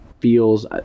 feels